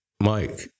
Mike